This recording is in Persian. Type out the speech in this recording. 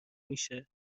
میشه